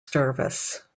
service